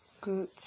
Good